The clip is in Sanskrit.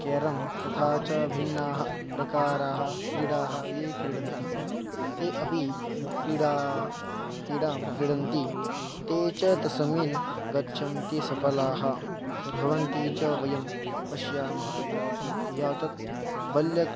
केरम् तथा च भिन्नाः प्रकाराः क्रीडाः ये क्रीडन्ति ते अपि क्रीडाः क्रीडां क्रीडन्ति ते च तस्मिन् गच्छन्ति सफ़लाः भवन्ती च वयं पश्यामः एतत् बल्यं